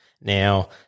Now